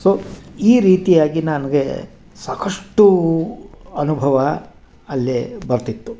so ಈ ರೀತಿಯಾಗಿ ನನಗೆ ಸಾಕಷ್ಟು ಅನುಭವ ಅಲ್ಲೇ ಬರ್ತಿತ್ತು